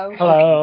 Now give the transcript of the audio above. Hello